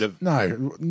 no